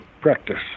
practice